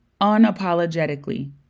unapologetically